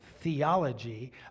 theology